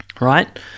Right